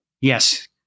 yes